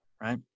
right